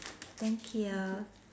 thank you